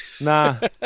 Nah